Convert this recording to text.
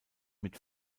mit